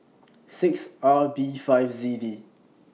six R B five Z D